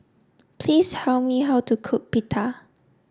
please how me how to cook Pita